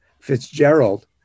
Fitzgerald